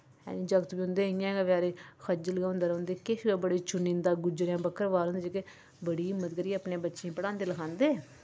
जागत उंं'दे इ'यां गै बचैरे खज्जल होंदे रौंह्दे किश लोक बड़े चुनिंदा गुजरें बकरबाल जेह्के बड़ी हिम्मत करियै अपने बच्चें गी पढ़ांदे लखांदे